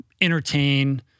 entertain